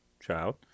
child